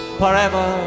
forever